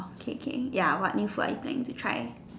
okay K ya what new food are you planning to try